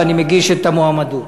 ואני מגיש את המועמדות.